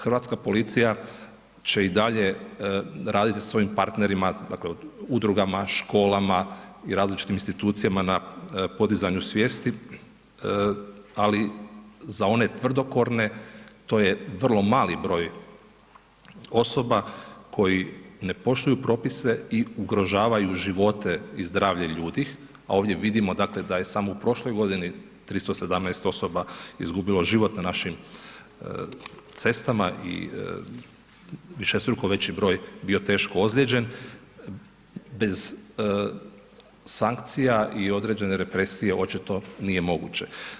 Hrvatska policija će i dalje raditi sa svojim partnerima, dakle, udrugama, školama i različitim institucijama na podizanju svijesti, ali za one tvrdokorne to je vrlo mali broj osoba koji ne poštuju propise i ugrožavaju živote i zdravlje ljudi, a ovdje vidimo, dakle, da je samo u prošloj godini 317 osoba izgubilo život na naših cestama i višestruko veći broj bio teško ozlijeđen bez sankcija i određene represije očito nije moguće.